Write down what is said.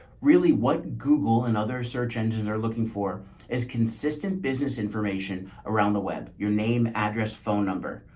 really what google and other search engines are looking for is consistent business information around the web. your name, address, phone number,